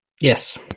Yes